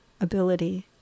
ability